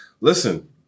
listen